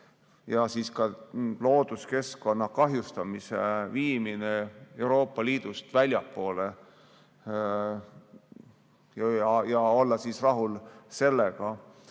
sellega ka looduskeskkonna kahjustamise viimine Euroopa Liidust väljapoole ning olla siis rahul sellega,